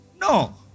No